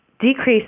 decrease